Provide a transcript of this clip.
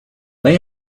they